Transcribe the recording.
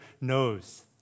knows